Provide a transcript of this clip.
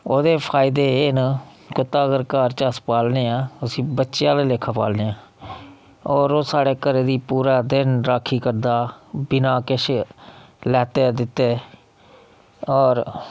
ओह्दे फायदे एह् न कुत्ता अगर घर च अस पालने आं उसी बच्चे आह्ला लेखा पालने आं होर ओह् साढ़े घरै दी पूरा दिन राक्खी करदा बिना किश लैते दित्ते होर